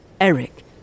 Eric